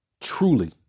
truly